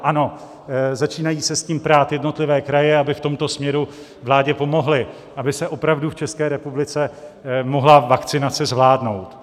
Ano, začínají se s tím prát jednotlivé kraje, aby v tomto směru vládě pomohly, aby se opravdu v České republice mohla vakcinace zvládnout.